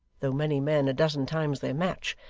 though many men, a dozen times their match,